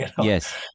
Yes